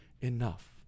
enough